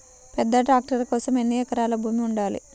పెద్ద ట్రాక్టర్ కోసం ఎన్ని ఎకరాల భూమి ఉండాలి?